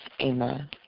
amen